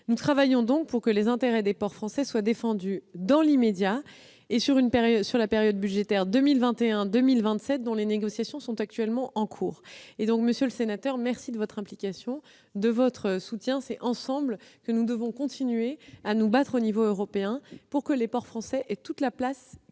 Nous travaillons donc pour que les intérêts des ports français soient défendus dans l'immédiat et sur la période budgétaire 2021-2027, pour laquelle les négociations sont en cours. Monsieur le sénateur, merci de votre implication et de votre soutien. C'est ensemble que nous devons continuer à nous battre au niveau européen pour que les ports français aient toute la place